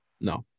No